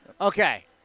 Okay